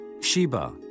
Sheba